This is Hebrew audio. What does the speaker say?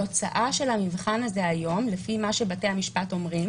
התוצאה של המבחן הזה היום לפי מה שבתי המשפט אומרים